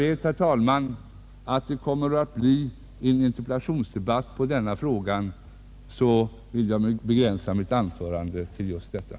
Men då jag vet att det kommer att bli en interpellationsdebatt därom, vill jag begränsa mitt anförande till vad jag nu sagt.